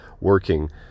working